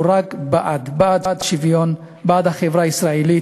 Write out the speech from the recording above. הוא רק בעד, בעד שוויון, בעד החברה הישראלית,